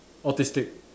autistic